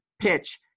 PITCH